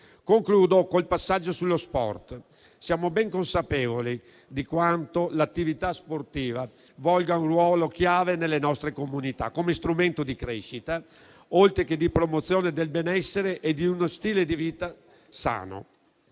con un passaggio sullo sport. Siamo ben consapevoli di quanto l'attività sportiva svolga un ruolo chiave nelle nostre comunità come strumento di crescita oltre che di promozione del benessere e di uno stile di vita sano.